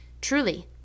Truly